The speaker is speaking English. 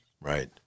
Right